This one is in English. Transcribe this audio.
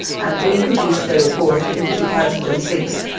and they produced their report in two thousand and six.